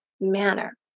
manner